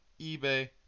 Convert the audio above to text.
eBay